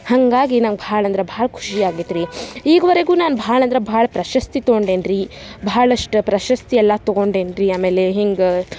ಹಾಗಾಗಿ ನಂಗೆ ಭಾಳ ಅಂದ್ರೆ ಭಾಳ ಖುಷಿ ಆಗೈತೆ ರಿ ಈವರೆಗೂ ನಾನು ಭಾಳ ಅಂದ್ರೆ ಭಾಳ ಪ್ರಶಸ್ತಿ ತೊಗೊಂಡೇನಿ ರಿ ಭಾಳಷ್ಟು ಪ್ರಶಸ್ತಿ ಎಲ್ಲ ತೊಗೊಂಡೇನಿ ರಿ ಆಮೇಲೆ ಹಿಂಗೆ